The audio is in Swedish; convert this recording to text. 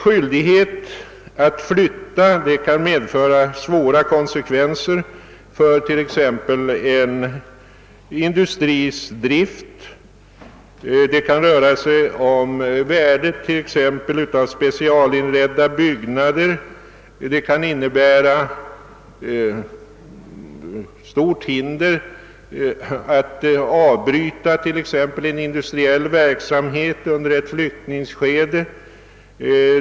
Skyldigheten att flytta kan medföra svåra konsekvenser för exempelvis en industris drift. Det kan vara fråga om specialinredda byggnader och det kan medföra stora men att avbryta en industriell verksamhet under ett flyttningsskede.